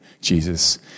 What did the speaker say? Jesus